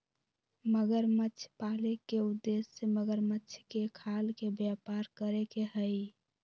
मगरमच्छ पाले के उद्देश्य मगरमच्छ के खाल के व्यापार करे के हई